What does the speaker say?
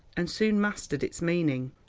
and soon mastered its meaning.